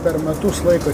per metus laiko